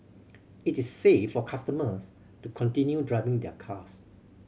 it is safe for customers to continue driving their cars